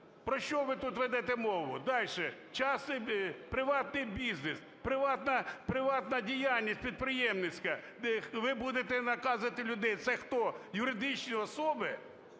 Про що ви тут ведете мову? Далі. Приватний бізнес, приватна діяльність підприємницька, ви будете наказувати людей? Це хто, юридичні особи?